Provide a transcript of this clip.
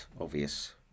obvious